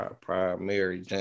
primary